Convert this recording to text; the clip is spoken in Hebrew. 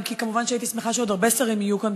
ומובן שהייתי שמחה שעוד שרים יהיו כאן,